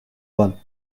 want